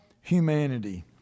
humanity